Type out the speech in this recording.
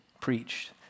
preached